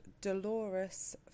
Dolores